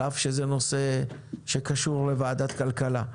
על אף שזה נושא שקשור לוועדת הכלכלה.